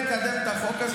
לך תדבר במשרדים.